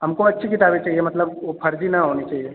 हमको अच्छी किताबें चाहिए मतलब ओ फर्जी ना होनी चाहिए